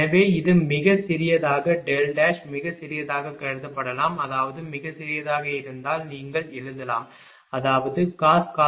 எனவே இது மிகச் சிறியதாக மிகச் சிறியதாகக் கருதப்படலாம் அதாவது மிகச் சிறியதாக இருந்தால் நீங்கள் எழுதலாம் அதாவது cos ≈1